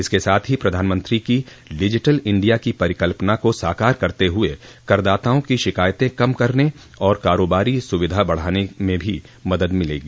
इसके साथ ही प्रधानमंत्री की डिजिटल इंडिया की परिकल्पना को साकार करते हुए करदाताओं की शिकायतें कम करने और कारोबारी सुविधा बढ़ाने में भी मदद मिलेगी